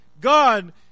God